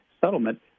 settlement